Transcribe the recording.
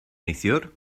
neithiwr